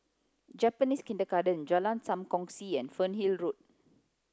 Japanese Kindergarten Jalan Sam Kongsi and Fernhill Road